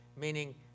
Meaning